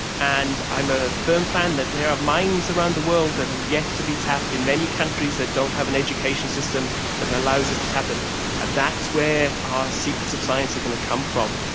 and i'm a firm fan that there are minds around the world that have yet to be tapped in many countries that don't have an education system that allows us to tap them, and that's where our secrets of science are going to come from,